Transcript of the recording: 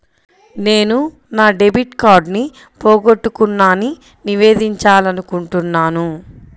నేను నా డెబిట్ కార్డ్ని పోగొట్టుకున్నాని నివేదించాలనుకుంటున్నాను